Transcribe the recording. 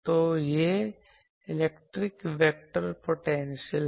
तो यह electric vector potential है